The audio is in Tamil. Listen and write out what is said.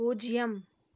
பூஜ்யம்